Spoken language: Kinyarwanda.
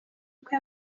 uko